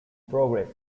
progress